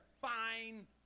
fine